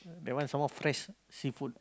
that one some more fresh seafood